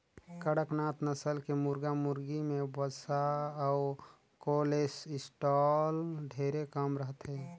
कड़कनाथ नसल के मुरगा मुरगी में वसा अउ कोलेस्टाल ढेरे कम रहथे